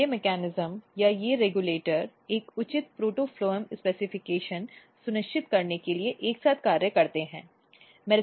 तो ये मेकैनिज्म या ये रेगुलेटर एक उचित प्रोटोफ्लोम विनिर्देश सुनिश्चित करने के लिए एक साथ कार्य करते हैं